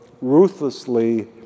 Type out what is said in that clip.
ruthlessly